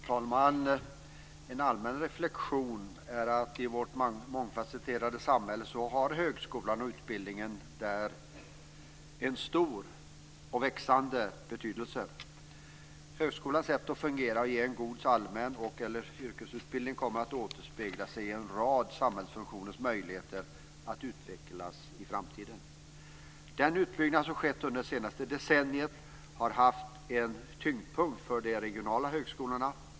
Herr talman! En allmän reflexion är att i vårt mångfasetterade samhälle har högskolan och utbildningen där en stor och växande betydelse. Högskolans sätt att fungera och ge en god allmän utbildning eller yrkesutbildning kommer att återspegla sig i en rad samhällsfunktioners möjligheter att utvecklas i framtiden. Den utbyggnad som skett under det senaste decenniet har varit en tyngdpunkt för de regionala högskolorna.